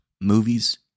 movies